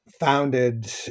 founded